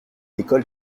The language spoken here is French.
école